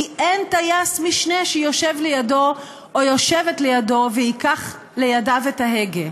כי אין טייס משנה שיושב לידו או יושבת לידו וייקח לידיו את ההגה.